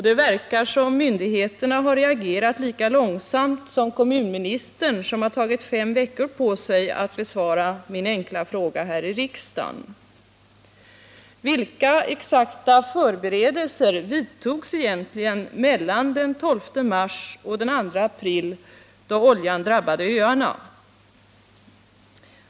Det verkar som om myndigheterna har reagerat lika långsamt som kommunministern, som har tagit fem veckor på sig för att besvara min fråga här i riksdagen. Vilka exakta förberedelser vidtogs egentligen mellan den 12 mars och den 2 april, då oljan drabbade öarna?